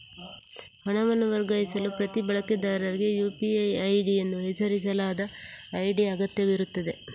ಹಣವನ್ನು ವರ್ಗಾಯಿಸಲು ಪ್ರತಿ ಬಳಕೆದಾರರಿಗೆ ಯು.ಪಿ.ಐ ಐಡಿ ಎಂದು ಹೆಸರಿಸಲಾದ ಐಡಿ ಅಗತ್ಯವಿರುತ್ತದೆ